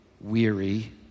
weary